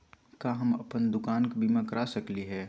का हम अप्पन दुकान के बीमा करा सकली हई?